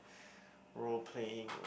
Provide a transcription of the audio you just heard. role playing